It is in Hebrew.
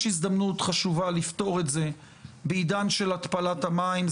יש הזדמנות חשובה לפתור את זה בעידן של התפלת המים.